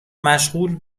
مشغول